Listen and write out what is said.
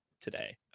today